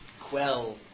quell